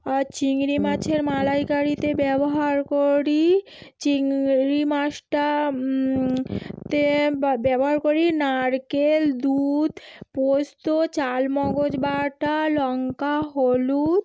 আর চিংড়ি মাছের মালাইকারিতে ব্যবহার করি চিংড়ি মাছটা তে ব্যবহার করি নারকেল দুধ পোস্ত চারমগজ বাটা লঙ্কা হলুদ